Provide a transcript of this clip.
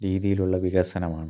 രീതിയിലുള്ള വികസനമാണ്